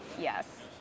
Yes